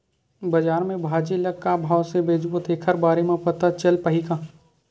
बजार में भाजी ल का भाव से बेचबो तेखर बारे में पता चल पाही का?